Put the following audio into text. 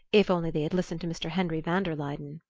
if only they had listened to mr. henry van der luyden.